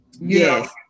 Yes